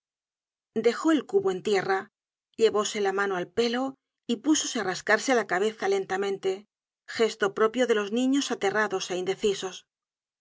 dejó el cubo en tierra llevóse la mano al pelo y púsose á rascarse la cabeza lentamente gesto propio de los niños aterrados é indecisos